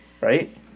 right